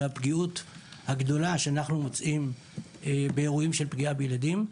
והפגיעות הגדולה שאנחנו מוצאים באירועים של פגיעה בילדים,